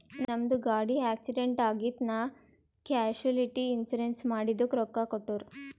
ನಮ್ದು ಗಾಡಿ ಆಕ್ಸಿಡೆಂಟ್ ಆಗಿತ್ ನಾ ಕ್ಯಾಶುಲಿಟಿ ಇನ್ಸೂರೆನ್ಸ್ ಮಾಡಿದುಕ್ ರೊಕ್ಕಾ ಕೊಟ್ಟೂರ್